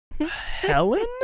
Helen